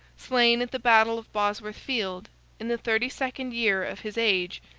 slain at the battle of bosworth field in the thirty-second year of his age,